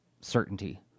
certainty